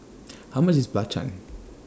How much IS Belacan